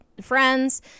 friends